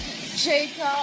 Jacob